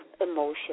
emotion